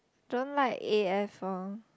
don't like a_f lor